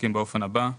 המתחלקים באופן הבא: